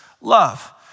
love